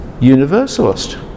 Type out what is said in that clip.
universalist